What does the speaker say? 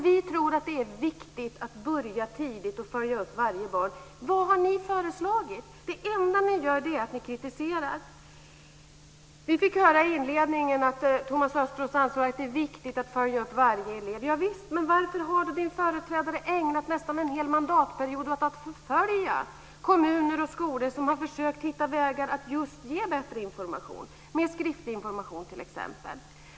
Vi tror att det är viktigt att börja tidigt och följa upp varje barn. Vad har ni föreslagit? Det enda ni gör är att ni kritiserar. Vi fick i inledningen höra att Thomas Östros ansåg att det är viktigt att följa upp varje elev. Ja visst! Men varför har hans företrädare ägnat nästan en hel mandatpetiod åt att förfölja kommuner och skolor som har försökt hitta vägar att just ge bättre information? Det har t.ex. gällt skriftlig information.